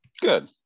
Good